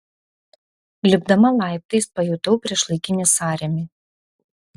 lipdama laiptais pajutau priešlaikinį sąrėmį